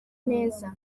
neza